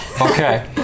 Okay